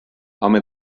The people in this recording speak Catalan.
home